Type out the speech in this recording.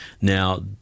Now